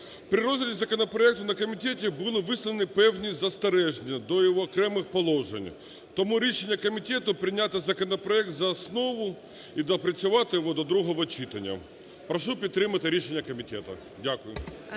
При розгляді законопроекту на комітеті були висловлені певні застереження до його окремих положень. Тому рішення комітету прийняти законопроект за основу і доопрацювати його до другого читання. Прошу підтримати рішення комітету. Дякую.